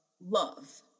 love